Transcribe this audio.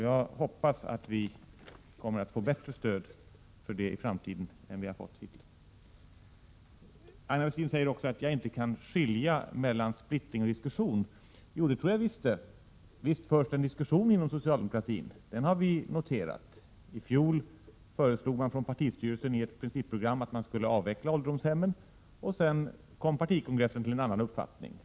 Jag hoppas att folkpartiets förslag får bättre stöd i framtiden än det hittills har fått. Aina Westin sade också att jag inte kan skilja mellan splittring och diskussion. Jo, det kan jag. Visst förs det en diskussion inom socialdemokratin — det har vi noterat. I fjol föreslog partistyrelsen i ett principprogram att ålderdomshemmen skulle avvecklas, och sedan kom partikongressen till en annan uppfattning.